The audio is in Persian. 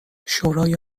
شورای